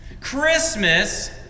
Christmas